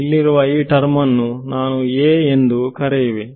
ಇಲ್ಲಿರುವ ಈ ಟರ್ಮ್ ಅನ್ನು ನಾನು ಎಂದು ಕರೆಯುವೆ